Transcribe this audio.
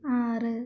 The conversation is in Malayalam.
ആറ്